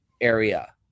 area